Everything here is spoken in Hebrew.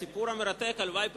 הסיפור המרתק על "וואי פלנטיישן"